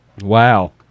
Wow